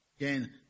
Again